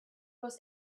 was